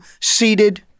seated